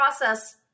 process